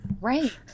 right